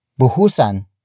Buhusan